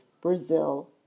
Brazil